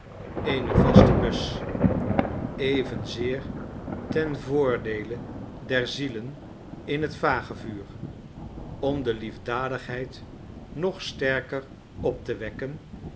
eene vaste bus evenzeer ten voordeele der zielen in het vagevuur om de liefdadigheid nog sterker op te wekken